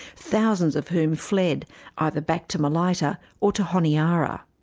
thousands of whom fled either back to malaita or to honiara.